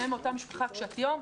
שניהם מאותה משפחה קשת יום,